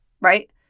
right